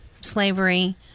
slavery